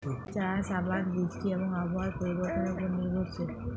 চাষ আবাদ বৃষ্টি এবং আবহাওয়ার পরিবর্তনের উপর নির্ভরশীল